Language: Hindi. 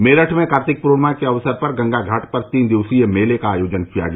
मेरठ में कार्तिक पूर्णिमा के अवसर पर गंगा घाट पर तीन दिवसीय मेले का आयोजन किया गया